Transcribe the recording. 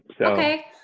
Okay